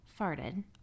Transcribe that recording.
farted